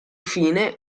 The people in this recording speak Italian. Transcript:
fine